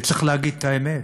וצריך להגיד את האמת: